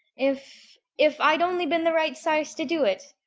if if i'd only been the right size to do it!